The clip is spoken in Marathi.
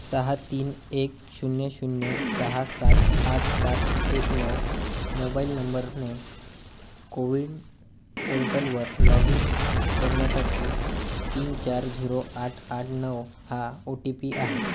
सहा तीन एक शून्य शून्य सहा सात आठ सात एक नऊ मोबाईल नंबरने कोविन पोर्टलवर लॉग इन करण्यासाठी तीन चार झिरो आठ आठ नऊ हा ओ टी पी आहे